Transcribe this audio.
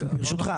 ברשותך,